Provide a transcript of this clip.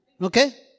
Okay